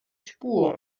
spur